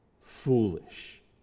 Foolish